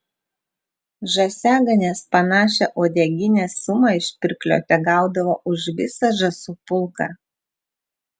žąsiaganės panašią uodeginės sumą iš pirklio tegaudavo už visą žąsų pulką